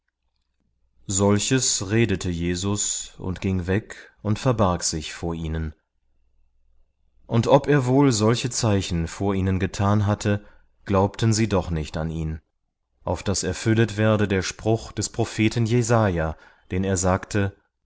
solches redete jesus und ging weg und verbarg sich vor ihnen und ob er wohl solche zeichen vor ihnen getan hatte glaubten sie doch nicht an ihn auf daß erfüllet werde der spruch des propheten jesaja den er sagte